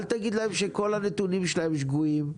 אל תגיד להם שכל הנתונים שלהם שגויים,